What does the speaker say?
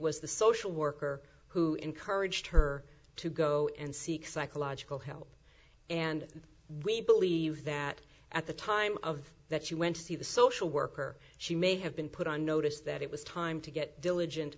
was the social worker who encouraged her to go and seek psychological help and we believe that at the time of that she went to see the social worker she may have been put on notice that it was time to get diligent